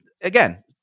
again